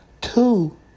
Two